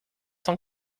cent